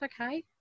Okay